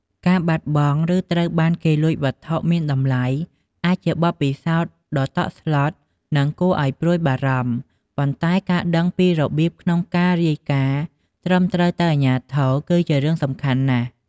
ការបាត់បង់ ឬត្រូវបានគេលួចវត្ថុមានតម្លៃ អាចជាបទពិសោធន៍ដ៏តក់ស្លុត និងគួរឲ្យព្រួយបារម្ភ ប៉ុន្តែការដឹងពីរបៀបក្នុងការរាយការណ៍ត្រឹមត្រូវទៅអាជ្ញាធរ គឺជារឿងសំខាន់ណាស់។